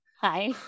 Hi